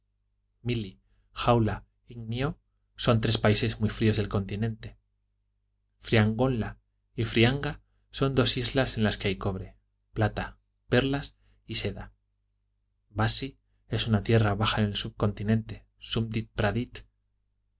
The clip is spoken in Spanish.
mili jaula y gnio son tres países muy fríos del continente friagonla y frianga son dos islas en las que hay cobre plata perlas y seda bassi es una tierra baja en el continente